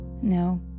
No